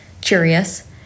curious